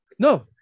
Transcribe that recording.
No